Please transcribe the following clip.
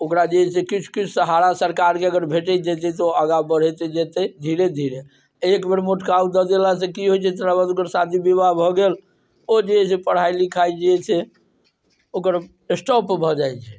ओकरा जे अछि से किछु किछु सहारा सरकार के अगर भेटैत जेतै तऽ ओ आगा बढ़ैत जेतै धीरे धीरे एकबेर मोटकाउ दए देला सँ की होइ छै तकरबाद ओकर शादी विवाह भऽ गेल ओ जे एहि से पढ़ाइ लिखाइ जे अइ से ओकर स्टॉप भ जाइ छै